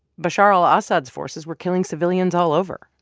bashar al-assad's forces were killing civilians all over.